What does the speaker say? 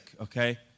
okay